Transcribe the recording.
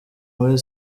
muri